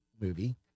movie